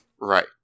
Right